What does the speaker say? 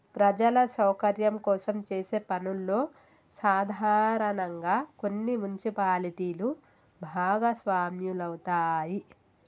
ప్రజల సౌకర్యం కోసం చేసే పనుల్లో సాధారనంగా కొన్ని మున్సిపాలిటీలు భాగస్వాములవుతాయి